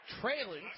trailing